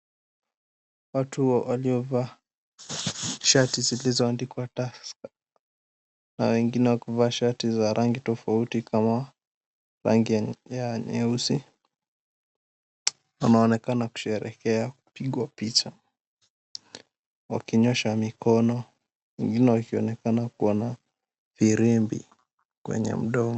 Watu waliovaa shati zilizoandikwa, Tusker na wengine wakivaa shati za rangi tofauti kama rangi ya nyeusi wanaonekana kusherekea wakipigwa picha wakinyosha mikono wengine wakionekana kua na firimbi kwenye mdomo.